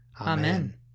Amen